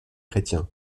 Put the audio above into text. chrétien